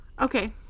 Okay